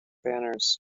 banners